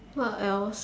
what else